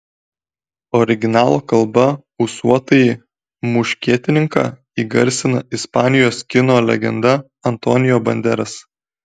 originalo kalba ūsuotąjį muškietininką įgarsina ispanijos kino legenda antonio banderas